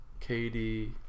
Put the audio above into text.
KD